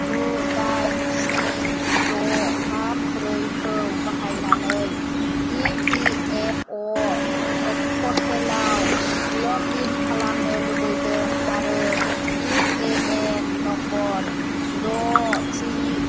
गु दाइन स्नि द' थाम ब्रै खौ बाहायनानै इ पि एफ अ पर्टेलाव लग इन खालामनो लुबैदों आरो इउ ए एन नम्बर द' थ्रि